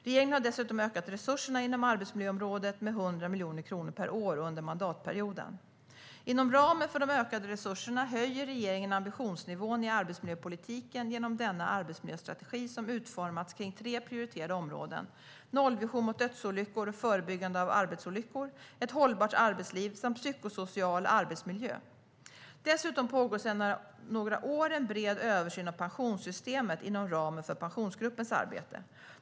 Regeringen har dessutom ökat resurserna inom arbetsmiljöområdet med 100 miljoner kronor per år under mandatperioden. Inom ramen för de ökade resurserna höjer regeringen ambitionsnivån i arbetsmiljöpolitiken genom denna arbetsmiljöstrategi, som utformats kring tre prioriterade områden: nollvision mot dödsolyckor och förebyggande av arbetsolyckor, ett hållbart arbetsliv samt psykosocial arbetsmiljö. Dessutom pågår sedan några år en bred översyn av pensionssystemet inom ramen för Pensionsgruppens arbete.